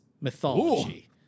mythology